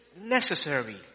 necessary